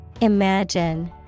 Imagine